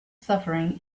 suffering